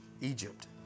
Egypt